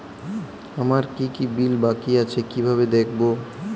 আমার কি কি বিল বাকী আছে কিভাবে দেখবো?